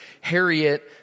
Harriet